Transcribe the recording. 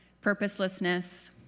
purposelessness